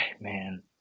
man